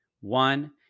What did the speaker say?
One